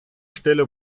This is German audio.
stelle